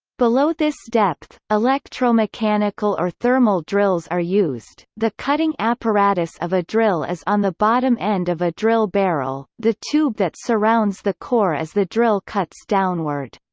below this depth, electromechanical or thermal drills are used the cutting apparatus of a drill is on the bottom end of a drill barrel, the tube that surrounds the core as the drill cuts downward.